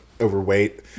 overweight